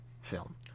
film